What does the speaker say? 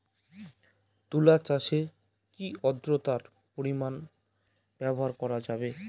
তুলা চাষে কি আদ্রর্তার পরিমাণ ব্যবহার করা যাবে?